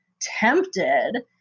tempted